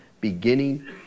beginning